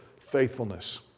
faithfulness